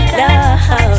love